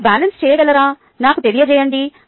మీరు బ్యాలెన్స్ చేయగలరా నాకు తెలియజేయండి